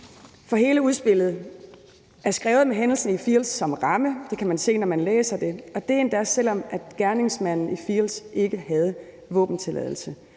for hele udspillet er skrevet med hændelsen i Field's som ramme – det kan man se, når man læser det – og det er endda, selv om gerningsmanden i Field's ikke havde våbentilladelse.